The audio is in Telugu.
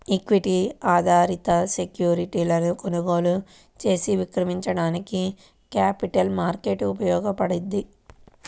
ఈక్విటీ ఆధారిత సెక్యూరిటీలను కొనుగోలు చేసి విక్రయించడానికి క్యాపిటల్ మార్కెట్ ఉపయోగపడ్తది